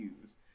use